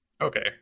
Okay